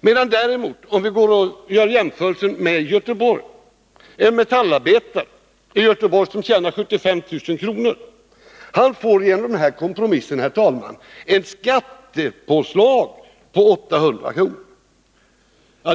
Om vi däremot gör motsvarande jämförelse för Göteborg, finner vi att en metallarbetare där, som tjänar 75 000 kr. om året, genom den här kompromissen får ett skattepåslag på 800 kr.